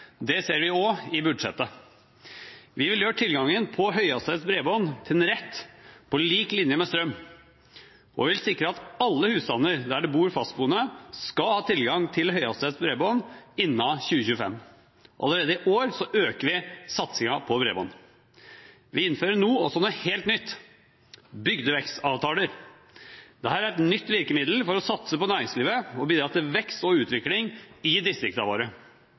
Det ser vi også i budsjettet. Vi vil gjøre tilgangen på høyhastighets bredbånd til en rett, på lik linje med strøm, og vil sikre at alle husstander der det bor fastboende, skal ha tilgang til høyhastighet bredbånd innen 2025. Allerede i år øker vi satsingen på bredbånd. Vi innfører nå også noe helt nytt: bygdevekstavtaler. Dette er et nytt virkemiddel for å satse på næringslivet og bidra til vekst og utvikling i distriktene våre.